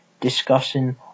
discussing